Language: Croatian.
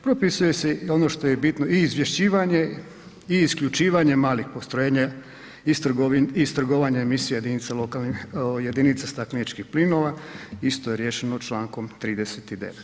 Propisuje se ono što je bitno i izvješćivanje i isključivanje malih postrojenja i s trgovanjem emisija jedinica stakleničkih plinova, isto je riješeno člankom 39.